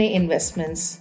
investments